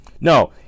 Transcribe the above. No